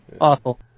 Awful